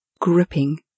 gripping